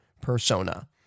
persona